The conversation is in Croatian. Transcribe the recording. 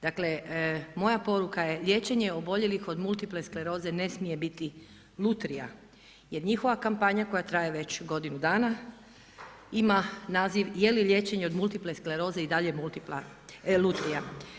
Dakle moja poruka je liječenje oboljelih od multiple skleroze ne smije biti lutrija jer njihova kampanja koja traje već godinu dana ima naziv je li liječenje od multiple skleroze i dalje lutrija?